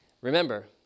Remember